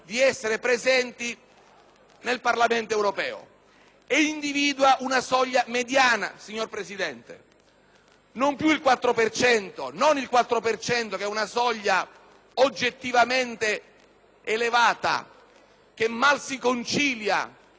nel Parlamento europeo. Esso individua una soglia mediana, signora Presidente: non più il 4 per cento, che è una soglia oggettivamente elevata e che mal si concilia con